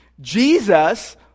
Jesus